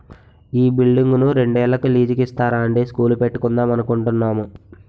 ఈ బిల్డింగును రెండేళ్ళకి లీజుకు ఇస్తారా అండీ స్కూలు పెట్టుకుందాం అనుకుంటున్నాము